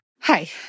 Hi